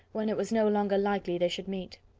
when it was no longer likely they should meet.